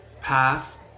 pass